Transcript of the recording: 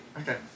Okay